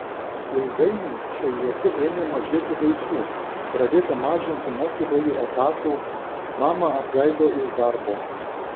ilgainiui šiauliuose ėmė mažėti vaikų pradėta mažinti mokytojų etatų mamą atleido iš darbo